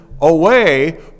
Away